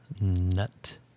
Nut